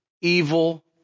evil